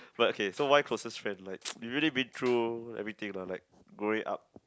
but okay so why closest friend like we really been through everything lah like growing up